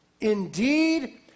indeed